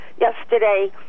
yesterday